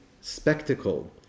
spectacle